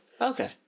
okay